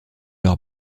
leur